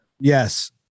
yes